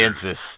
Kansas